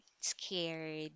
scared